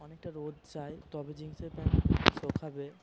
অনেকটা রোদ চায় তবে জিন্সের প্যান্ট শুকাবে